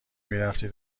میرفتی